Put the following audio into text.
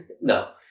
No